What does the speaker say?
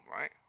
right